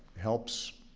helps